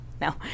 no